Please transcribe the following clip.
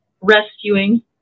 rescuing